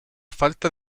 falta